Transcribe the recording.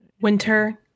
Winter